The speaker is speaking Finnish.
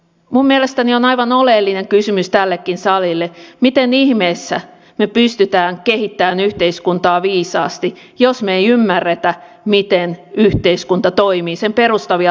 minun mielestäni on aivan oleellinen kysymys tällekin salille se miten ihmeessä me pystymme kehittämään yhteiskuntaa viisaasti jos me emme ymmärrä miten yhteiskunta toimii sen perustavia lainalaisuuksia